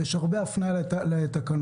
יש הרבה הפניה לתקנות,